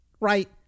Right